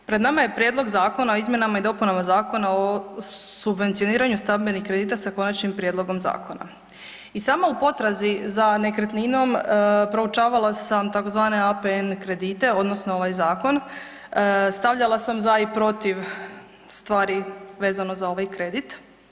Pred nama je Prijedlog zakona o izmjenama i dopunama Zakona o subvencioniranju stambenih kredita sa konačnim prijedlogom zakona i samo u potrazi za nekretninom proučavala sam tzv. APN kredite, odnosno ovaj zakon, stavljala sam za i protiv stvari vezano za ovaj kredit.